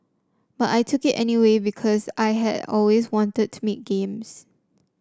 but I took it anyway because I had always wanted to make games